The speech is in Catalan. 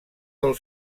del